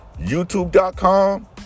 YouTube.com